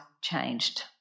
changed